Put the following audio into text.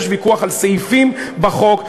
יש ויכוח על סעיפים בחוק,